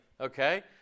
Okay